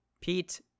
Pete